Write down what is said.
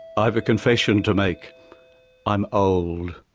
i have a confession to make i'm old.